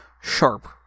sharp